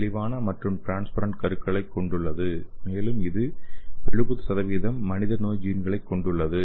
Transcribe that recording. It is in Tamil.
தெளிவான மற்றும் ட்ரான்ஸ்பரென்ட் கருக்களைக் கொண்டுள்ளது மேலும் இது 70 மனித நோய் ஜீன்களை கொண்டுள்ளது